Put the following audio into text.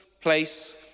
place